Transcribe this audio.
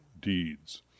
deeds